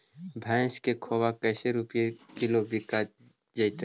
भैस के खोबा कैसे रूपये किलोग्राम बिक जइतै?